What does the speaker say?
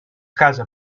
casa